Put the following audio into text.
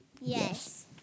Yes